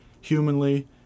humanly